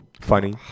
funny